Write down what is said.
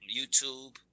YouTube